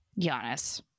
Giannis